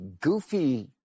goofy